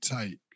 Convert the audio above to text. take